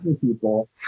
people